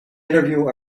interview